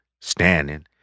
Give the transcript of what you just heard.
standing